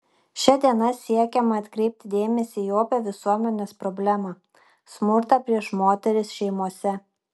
šia diena siekiama atkreipti dėmesį į opią visuomenės problemą smurtą prieš moteris šeimose